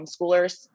homeschoolers